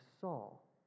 Saul